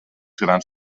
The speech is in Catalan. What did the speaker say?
grans